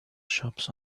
shops